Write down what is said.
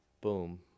boom